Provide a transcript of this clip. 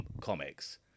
comics